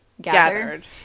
gathered